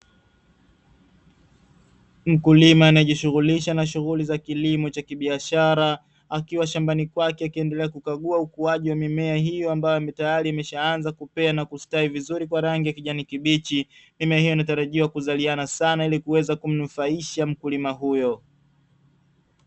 Mkulima anayejishughulisha na shughuli za kilimo cha kibiashara, akiwa shambani kwake akiendelea kukagua ukuaji wa mimea hiyo, ambayo tayari imeshaanza kumea na kustawi vizuri kwa rangi ya kijani kibichi. Mimea hiyo inatarajiwa kuzaliana sana na kuweza kumnufaisha mkulima huyo.